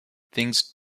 things